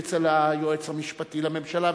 אצל היועץ המשפטי לממשלה,